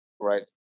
Right